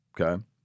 okay